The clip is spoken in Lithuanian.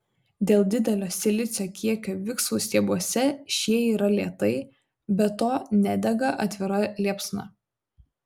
dėl didelio silicio kiekio viksvų stiebuose šie yra lėtai be to nedega atvira liepsna